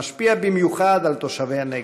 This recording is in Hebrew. שמשפיע במיוחד על תושבי הנגב: